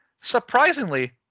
Surprisingly